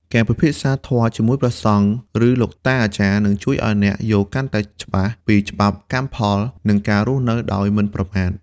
ការពិភាក្សាធម៌ជាមួយព្រះសង្ឃ ឬលោកតាអាចារ្យ នឹងជួយឱ្យអ្នកយល់កាន់តែច្បាស់ពីច្បាប់កម្មផល និងការរស់នៅដោយមិនប្រមាថ។